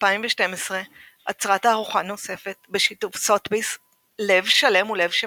2012 אצרה תערוכה נוספת בשיתוף סות'ביס "לב שלם הוא לב שבור"